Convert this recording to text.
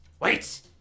wait